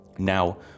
Now